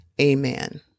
Amen